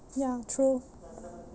ya true